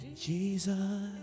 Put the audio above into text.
Jesus